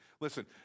Listen